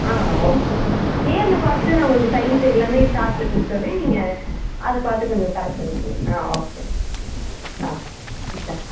ஆ okay நேரில் பார்த்து நான் உங்களுக்கு சைஸ்ஸு எல்லாமே சார்ட்டில கொடுத்துட்றேன் நீங்கள் அதை பார்த்து கொஞ்சம் கரெக்ட் பண்ணிக்கிங்க ஆ ஓகே ஆ ம் தேங்க் யூ